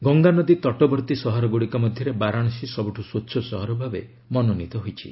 ଗଙ୍ଗାନଦୀ ତଟବର୍ତ୍ତୀ ସହରଗୁଡ଼ିକ ମଧ୍ୟରେ ବାରଶାସୀ ସବୁଠୁ ସ୍ୱଚ୍ଛ ସହର ଭାବେ ମନୋନୀତ ହୋଇଛି